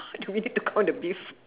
do we need to count the bees